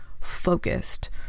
focused